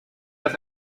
das